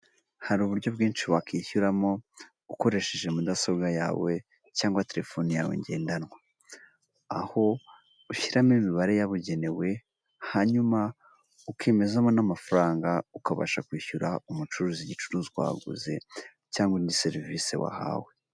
Hari uburyo bwinshi wakwishyuramo ukoresheje mudasobwa yawe cyangwa telefoni yawe ngendanwa, aho ushyiramo imibare yabugenewe hanyuma ukemezamo n'amafaranga ukabasha kwishyura umucuruzi igicuruzwa waguze cyangwa indi serivisi wahawe.